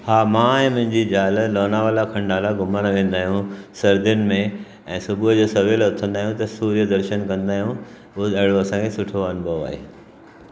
हा मां ऐं मुंहिंजी ज़ालि लोनावला खंडाला घुमणु वेंदा आहियूं सर्दीयुनि में ऐं सुबुह जो सवेल उथंदा आहियूं त सूर्य दर्शन कंदायूं उहो ॾाढो असांखे सुठो अनुभव आहे